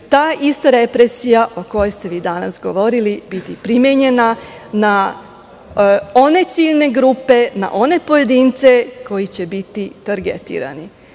ta ista represija o kojoj ste vi danas govorili biti primenjena na one ciljne grupe i one pojedince koji će biti targetirani.